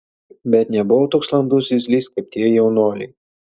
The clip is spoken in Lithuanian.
bet nebuvau toks landus zyzlys kaip tie jaunuoliai